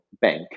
bank